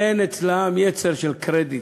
אין אצלם יצר של קרדיט,